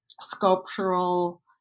sculptural